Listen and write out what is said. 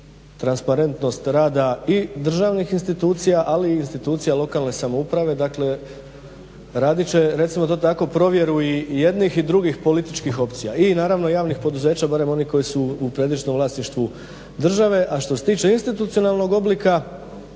transparentnost rada i državnih institucija ali i institucija lokalne samouprave. dakle radit će recimo to tako provjeru i jednih i drugih političkih opcija i naravno javnih poduzeća barem oni koji su u pretežnom vlasništvu države. A što se tiče institucionalnog oblika